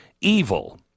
evil